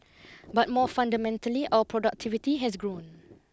but more fundamentally our productivity has grown